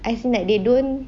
as in like they don't